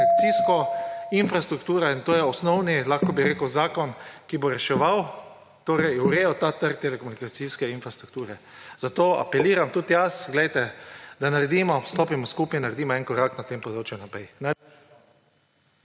lahko bi rekel, zakon, ki bo reševal, urejal ta trg telekomunikacijske infrastrukture. Zato apeliram tudi jaz, da naredimo, stopimo skupaj, naredimo en korak na tem področju naprej